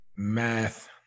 math